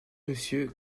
monsieur